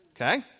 Okay